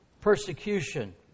persecution